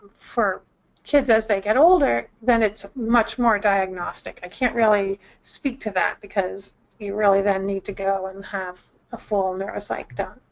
for kids as they get older, then it's much more diagnostic. i can't really speak to that because you really then need to go and have a full neuro-psych done,